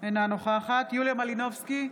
אינה נוכחת יוליה מלינובסקי,